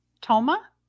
Toma